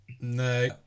No